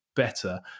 better